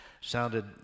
sounded